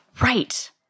Right